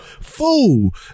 Fool